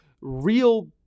real